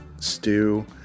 stew